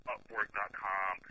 Upwork.com